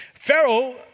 Pharaoh